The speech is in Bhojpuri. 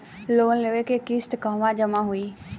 लोन के किस्त कहवा जामा होयी?